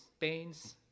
pains